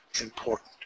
important